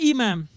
Imam